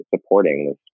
supporting